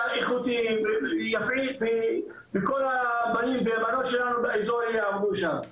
איכותי ויפה וכל הבנים והבנות שלנו באזור יעבדו שם,